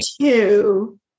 two